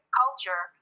culture